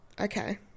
Okay